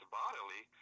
bodily